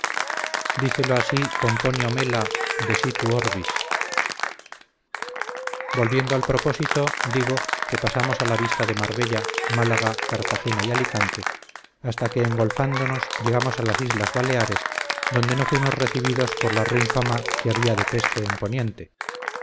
dicelo así pomponio mela de situ orbis volviendo al proposito digo que pasamos a la vista de marbella málaga cartagena y alicante hasta que engolfándonos llegamos a las islas baleares donde no fuimos recibidos por la ruin fama que había de peste en poniente